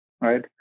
right